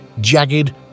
jagged